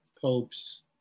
popes